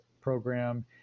program